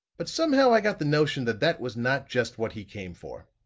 but somehow i got the notion that that was not just what he came for.